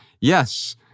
yes